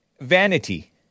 vanity